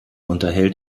unterhält